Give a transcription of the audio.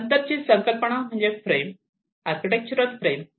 नंतर ची संकल्पना म्हणजे फ्रेंम आर्किटेक्चरल फ्रेंम